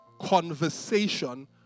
conversation